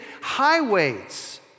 highways